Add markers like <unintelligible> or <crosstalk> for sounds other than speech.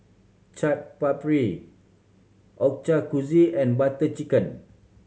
Chaat Papri <unintelligible> and Butter Chicken